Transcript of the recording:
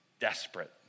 desperate